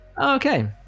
okay